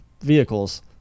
vehicles